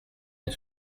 une